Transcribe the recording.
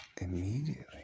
Immediately